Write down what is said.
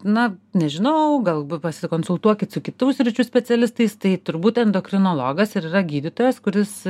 na nežinau galbūt pasikonsultuokit su kitų sričių specialistais tai turbūt endokrinologas ir yra gydytojas kuris